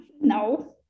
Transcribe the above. No